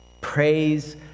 Praise